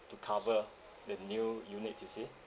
to cover the new unit you see